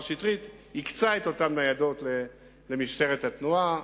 שטרית את אותן ניידות למשטרת התנועה.